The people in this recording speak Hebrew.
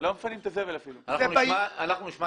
נאלצתי